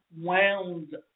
wound